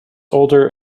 older